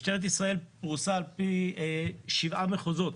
משטרת ישראל פרוסה על פני שבעה מחוזות.